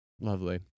Lovely